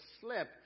slip